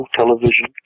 television